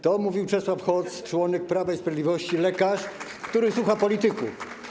To mówił Czesław Hoc, członek Prawa i Sprawiedliwości, lekarz, który słucha polityków.